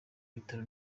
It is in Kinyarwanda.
ibitaro